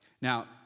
Now